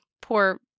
poor